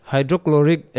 Hydrochloric